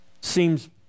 Seems